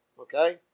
Okay